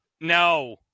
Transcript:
No